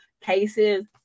cases